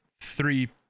three